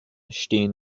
stehen